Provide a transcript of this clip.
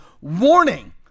warning